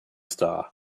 star